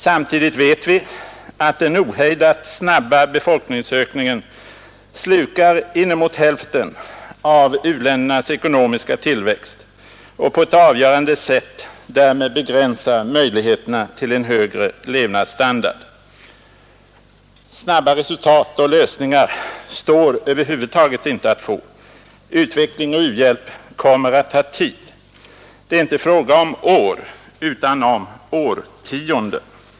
Samtidigt vet vi att den ohejdat snabba befolkningsökningen slukar inemot hälften av u-ländernas ekonomiska tillväxt och på ett avgörande sätt därmed begränsar möjligheterna till en högre levnadsstandard. Snabba resultat och lösningar står över huvud taget inte att få — utveckling och u-hjälp kommer att ta tid. Det är inte fråga om år utan om årtionden.